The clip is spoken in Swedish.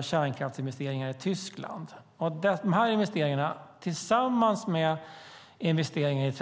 Dessa investeringar har tillsammans med investeringar i